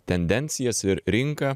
tendencijas ir rinką